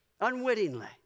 Unwittingly